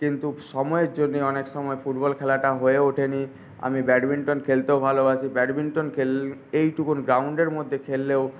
কিন্তু সময়ের জন্যে অনেক সময় ফুটবল খেলাটা হয়ে ওঠেনি আমি ব্যাডমিন্টন খেলতেও ভালোবাসি ব্যাডমিন্টন খেল এইটুকু গ্রাউন্ডের মধ্যে খেললেও